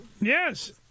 Yes